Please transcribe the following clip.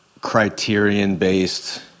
criterion-based